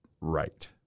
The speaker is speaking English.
right